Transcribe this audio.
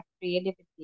creativity